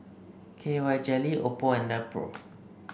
K Y Jelly Oppo and Nepro